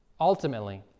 Ultimately